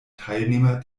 teilnehmer